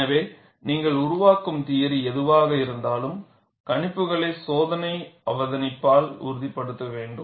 எனவே நீங்கள் உருவாக்கும் தியரி எதுவாக இருந்தாலும் கணிப்புகளை சோதனை அவதானிப்பால் உறுதிப்படுத்த வேண்டும்